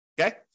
Okay